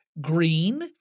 green